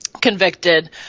convicted